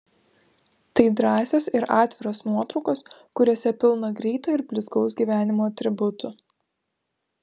tai drąsios ir atviros nuotraukos kuriose pilna greito ir blizgaus gyvenimo atributų